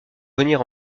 venir